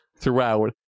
throughout